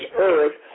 earth